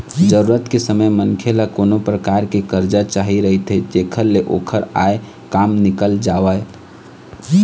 जरूरत के समे मनखे ल कोनो परकार के करजा चाही रहिथे जेखर ले ओखर आय काम निकल जावय